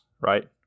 right